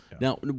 Now